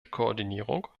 koordinierung